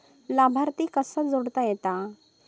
लाभार्थी कसा जोडता येता?